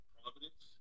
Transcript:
Providence